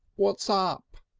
what's ah up?